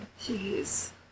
Jeez